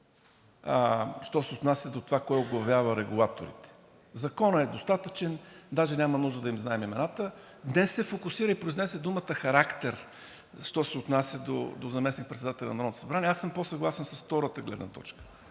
що се отнася до това кой оглавява регулатори – законът е достатъчен, даже няма нужда да им знаем имената. Днес се фокусира и произнесе думата „характер“, що се отнася до заместник-председателя на Народното събрание. Аз съм пó съгласен с втората гледна точка.